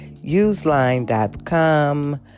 Useline.com